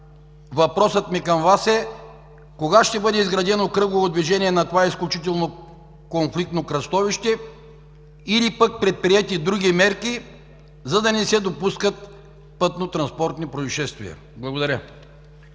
Въпросът ми към Вас е: кога ще бъде изградено кръгово движение на това изключително конфликтно кръстовище или пък предприети други мерки, за да не се допускат пътнотранспортни произшествия? Благодаря.